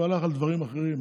הוא הלך על דברים אחרים,